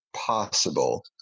possible